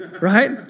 Right